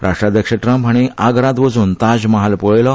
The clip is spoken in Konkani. राष्ट्राध्यक्ष ट्रम्प हाणी आगरात वचून ताज महाल पळयलो